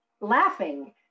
laughing